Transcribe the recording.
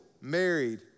married